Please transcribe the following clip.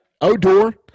Odor